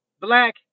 black